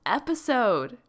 episode